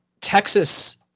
Texas